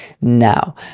now